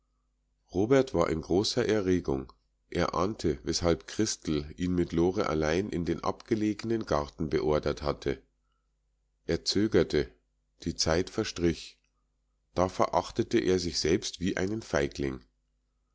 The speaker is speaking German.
robert war in großer erregung er ahnte weshalb christel ihn mit lore allein in den abgelegenen garten beordert hatte er zögerte die zeit verstrich da verachtete er sich selbst wie einen feigling